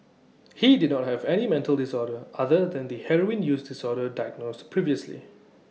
he did not have any mental disorder other than the heroin use disorder diagnosed previously